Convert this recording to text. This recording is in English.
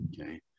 okay